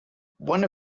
one